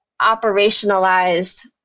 operationalized